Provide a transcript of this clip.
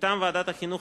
מטעם ועדת החינוך,